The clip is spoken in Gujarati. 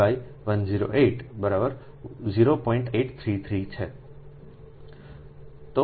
તો આ જનરલ છે